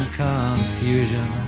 confusion